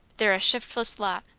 they're a shiftless lot,